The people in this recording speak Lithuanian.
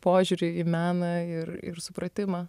požiūrį į meną ir ir supratimą